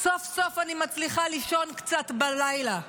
סוף-סוף אני מצליחה לישון קצת בלילה.